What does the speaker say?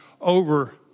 over